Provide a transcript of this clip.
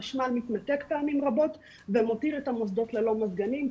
החשמל מתנתק פעמים רבות ומותיר את המוסדות ללא מזגנים,